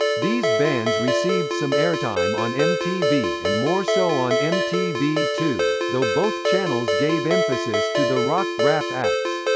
these bands received some airtime on mtv and more so on m t v two, though both channels gave emphasis to the rock rap acts.